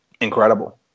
incredible